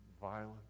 violence